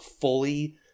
fully